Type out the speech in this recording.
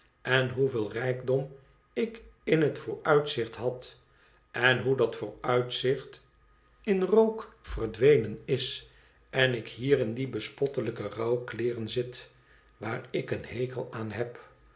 en hoeveel rijkdom ik m het vooruitzicht had en hoe dat vooruitzicht in rook verdwenen is en ik hier in die bespottelijke rouwkleeren zit waar ik een hekel aan heb